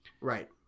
Right